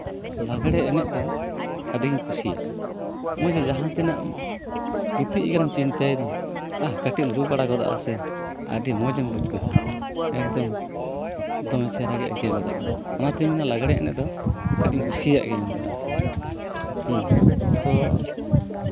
ᱞᱟᱜᱽᱲᱮ ᱮᱱᱮᱡ ᱫᱚ ᱟᱹᱰᱤᱜᱤᱧ ᱠᱩᱥᱤᱭᱟᱜᱼᱟ ᱱᱚᱜᱼᱚᱭ ᱡᱮ ᱡᱟᱦᱟᱸ ᱛᱤᱱᱟᱹᱜ ᱜᱤᱛᱤᱡ ᱠᱟᱱᱟᱢ ᱪᱤᱱᱛᱟᱹᱭᱮᱫᱟ ᱟᱜ ᱠᱟᱹᱴᱤᱡ ᱮᱢ ᱨᱩ ᱵᱟᱲᱟ ᱜᱚᱫᱼᱟ ᱥᱮ ᱟᱹᱰᱤ ᱢᱚᱡᱽ ᱮᱢ ᱵᱩᱡᱽ ᱜᱚᱫᱟ ᱮᱠᱫᱚᱢ ᱫᱚᱢᱮ ᱪᱮᱦᱨᱟᱜᱮ ᱟᱹᱭᱠᱟᱹᱣ ᱜᱚᱫᱚᱜᱼᱟ ᱚᱱᱟᱛᱤᱧ ᱢᱮᱱᱟ ᱞᱟᱜᱽᱲᱮ ᱮᱱᱮᱡ ᱫᱚ ᱟᱹᱰᱤᱧ ᱠᱩᱥᱤᱭᱟᱜ ᱜᱮᱭᱟ ᱤᱧᱫᱚ ᱦᱮᱸ ᱛᱚ